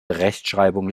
rechtschreibung